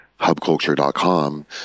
hubculture.com